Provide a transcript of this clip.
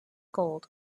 gold